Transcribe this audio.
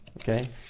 Okay